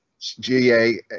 GA